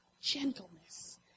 gentleness